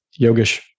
Yogesh